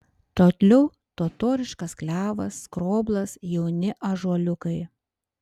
toliau totoriškas klevas skroblas jauni ąžuoliukai